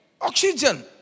oxygen